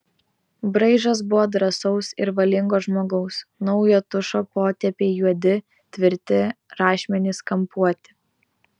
braižas buvo drąsaus ir valingo žmogaus naujo tušo potėpiai juodi tvirti rašmenys kampuoti